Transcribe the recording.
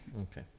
okay